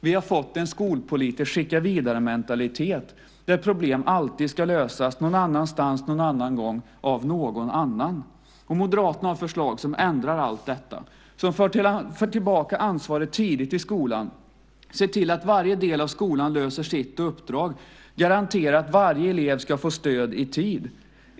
Vi har fått en skolpolitisk skicka-vidare-mentalitet där problem alltid ska lösas någon annanstans någon annan gång av någon annan. Moderaterna har förslag som ändrar allt detta, som för tillbaka ansvaret tidigt i skolan, ser till att varje del av skolan löser sitt uppdrag och garanterar att varje elev får stöd i tid.